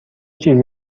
چیزی